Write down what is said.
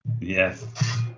Yes